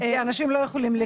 ואנשים לא יכולים לקנות.